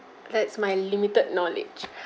that's my limited knowledge